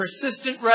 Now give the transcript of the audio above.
persistent